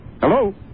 Hello